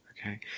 Okay